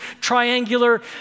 triangular